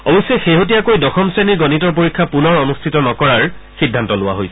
অৱশ্যে শেহতীয়াকৈ দশম শ্ৰেণীৰ গণিতৰ পৰীক্ষা পুনৰ অনুষ্ঠিত নকৰাৰ সিদ্ধান্ত লোৱা হৈছে